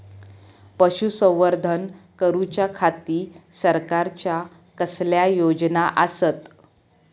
पशुसंवर्धन करूच्या खाती सरकारच्या कसल्या योजना आसत?